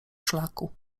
szlaku